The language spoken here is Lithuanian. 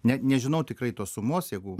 ne nežinau tikrai tos sumos jeigu